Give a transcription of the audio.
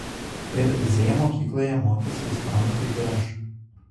ir z mokykloje mokėsi ispanų kaip ir aš